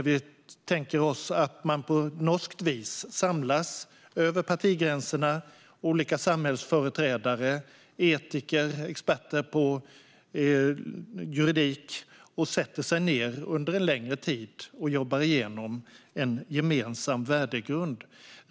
Vi tänker att man på norskt vis samlas över partigränserna med olika samhällsföreträdare, etiker och experter på juridik och under en längre tid jobbar igenom en gemensam värdegrund.